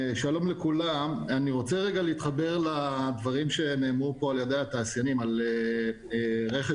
אני רוצה להתחבר לדברים שנאמרו פה על-ידי התעשיינים על רכש